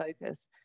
focus